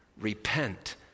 Repent